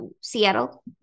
Seattle